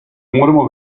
moremo